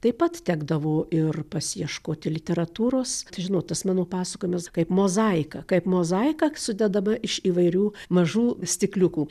taip pat tekdavo ir pasiieškoti literatūros tai žinot tas mano pasakojimas kaip mozaika kaip mozaika sudedama iš įvairių mažų stikliukų